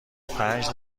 پنج